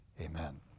amen